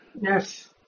Yes